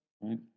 right